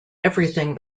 everything